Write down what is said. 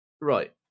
Right